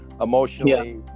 emotionally